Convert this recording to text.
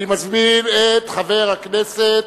אני מזמין את חבר הכנסת,